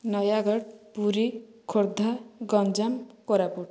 Nayagarh Puri Khordha Ganjam Koraput